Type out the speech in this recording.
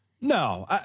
No